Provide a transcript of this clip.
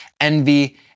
envy